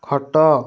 ଖଟ